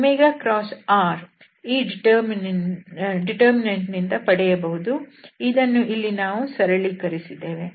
r ಈ determinant ನಿಂದ ಪಡೆಯಬಹುದು ಇದನ್ನು ನಾವು ಇಲ್ಲಿ ಸರಳೀಕರಿಸಿದ್ದೇವೆ